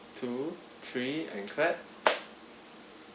two three and clap